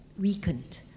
weakened